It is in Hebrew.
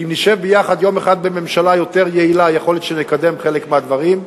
אם נשב יחד יום אחד בממשלה יותר יעילה יכול להיות שנקדם חלק מהדברים.